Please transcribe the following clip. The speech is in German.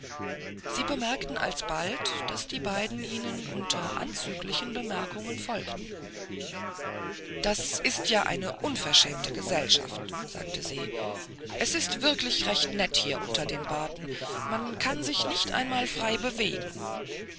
sie bemerkten alsbald daß die beiden ihnen unter anzüglichen bemerkungen folgten das ist ja eine unverschämte gesellschaft sagte se es ist wirklich recht nett hier unter den baten man kann sich nicht einmal frei bewegen